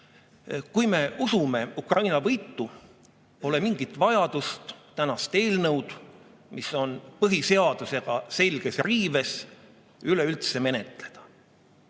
Kui me usume Ukraina võitu, pole mingit vajadust tänast eelnõu, mis on põhiseadusega selges riives, üleüldse menetleda.